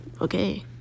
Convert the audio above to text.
okay